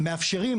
שמאפשרים,